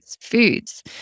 foods